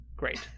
Great